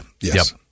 Yes